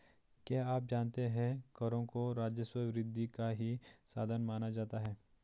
क्या आप जानते है करों को राजस्व वृद्धि का ही साधन माना जाता है?